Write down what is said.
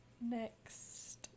Next